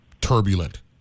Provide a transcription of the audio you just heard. turbulent